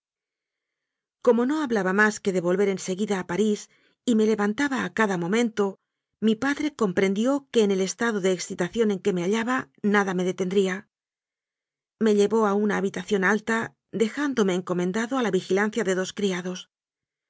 como no hablaba más que de volver en seguida a parís y me levantaba a cada momento mi padre comprendió que en el estado de excitación en que me hallaba nada me detendría me llevó a una ha bitación alta dejándome encomendado a la vigi lancia de dos criados